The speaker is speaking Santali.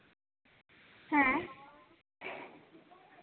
ᱦᱮᱸ